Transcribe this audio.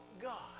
God